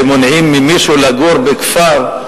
שמונעים ממישהו לגור בכפר,